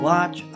Watch